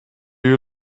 you